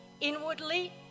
inwardly